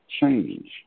change